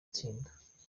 tsinda